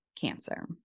cancer